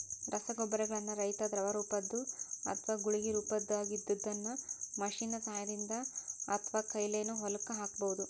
ರಸಗೊಬ್ಬರಗಳನ್ನ ರೈತಾ ದ್ರವರೂಪದ್ದು ಅತ್ವಾ ಗುಳಿಗಿ ರೊಪದಾಗಿದ್ದಿದ್ದನ್ನ ಮಷೇನ್ ನ ಸಹಾಯದಿಂದ ಅತ್ವಾಕೈಲೇನು ಹೊಲಕ್ಕ ಹಾಕ್ಬಹುದು